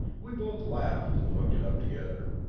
we both laughed and looked it up together.